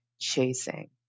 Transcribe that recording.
chasing